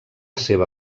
seva